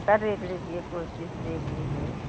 sir देख लीजिए कोशिश देख लीजिए